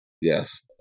Yes